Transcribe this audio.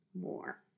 more